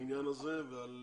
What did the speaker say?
בעניין הזה ועל